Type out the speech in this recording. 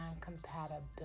compatibility